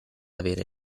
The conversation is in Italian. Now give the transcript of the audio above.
avere